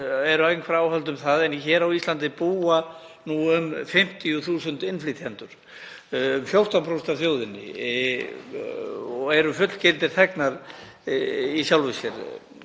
eru einhver áhöld um það, en á Íslandi búa nú um 50.000 innflytjendur, um 14% af þjóðinni, og eru fullgildir þegnar í sjálfu sér.